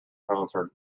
concert